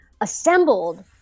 assembled